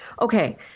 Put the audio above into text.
Okay